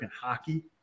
hockey